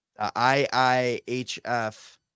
IIHF